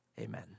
amen